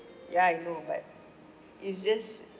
ya I know but it's just